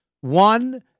one